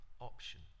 option